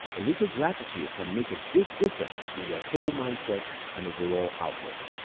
a little gratitude can make a big difference in your whole mindset and overall outlook.